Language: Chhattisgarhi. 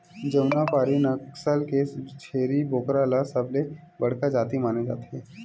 जमुनापारी नसल के छेरी बोकरा ल सबले बड़का जाति माने जाथे